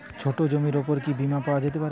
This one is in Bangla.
ছোট জমির উপর কি বীমা পাওয়া যেতে পারে?